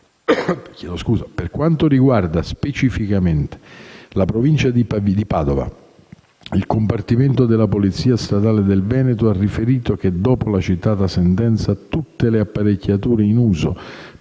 Per quanto riguarda specificamente la Provincia di Padova, il compartimento della polizia stradale per il Veneto ha riferito che, dopo la citata sentenza, tutte le apparecchiature in uso